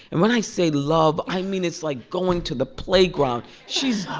and when i say love, i mean, it's like going to the playground she's